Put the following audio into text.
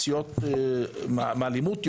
מאלימות,